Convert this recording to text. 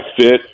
fit